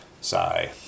Sigh